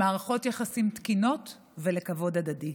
מודעות למערכות יחסים תקינות ולכבוד הדדי.